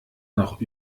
noch